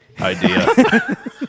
idea